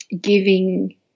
giving